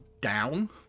down